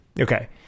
Okay